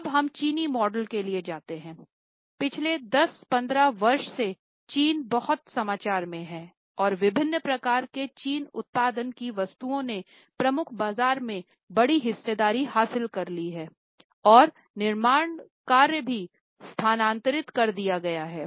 अब हम चीनी मॉडल के लिए जाते हैं पिछले दस पंद्रह वर्ष से चीन बहुत समाचार में हैं और विभिन्न प्रकार के चीन उत्पादन की वस्तुओं ने प्रमुख बाजार में बड़ी हिस्सेदारी हासिल कर ली है और निर्माण कार्य भी स्थानांतरित कर दिया गया है